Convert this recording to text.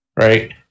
right